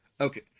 okay